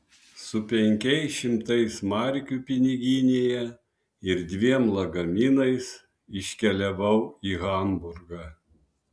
su penkiais šimtais markių piniginėje ir dviem lagaminais iškeliavau į hamburgą